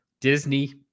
Disney